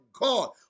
God